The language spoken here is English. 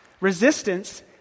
Resistance